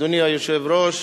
אדוני היושב-ראש,